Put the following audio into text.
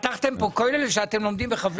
פתחתם פה כולל ואתם לומדים בחברותא?